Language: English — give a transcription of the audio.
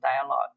Dialogue